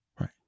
right